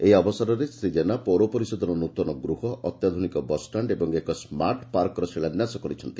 ଏହି ଅବସରରେ ମନ୍ତୀ ଶ୍ରୀ ଜେନା ପୌରପରିଷଦର ନୃତନ ଗୂହ ଅତ୍ୟାଧୁନିକ ବସ୍ଷାଣ୍ଡ ଏବଂ ଏକ ସ୍କାର୍ଟ ପାର୍କର ଶିଳାନ୍ୟାସ କରିଛନ୍ତି